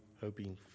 hoping